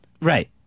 Right